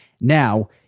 Now